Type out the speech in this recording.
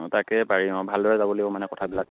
অঁ তাকে পাৰি অঁ ভালদৰে যাব লাগিব মানে কথাবিলাক